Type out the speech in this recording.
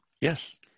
yes